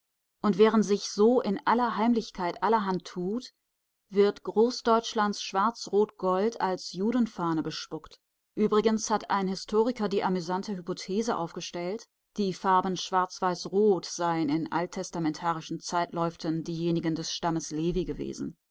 und während sich so in aller heimlichkeit allerhand tut wird großdeutschlands schwarz-rot-gold als judenfahne bespuckt übrigens hat ein historiker die amüsante hypothese aufgestellt die farben schwarz-weiß-rot seien in alttestamentarischen zeitläuften diejenigen des stammes levi gewesen